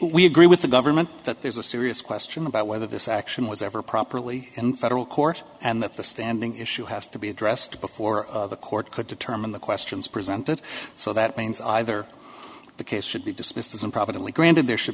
we agree with the government that there's a serious question about whether this action was ever properly in federal court and that the standing issue has to be addressed before the court could determine the questions presented so that means either the case should be dismissed as improvidently granted there should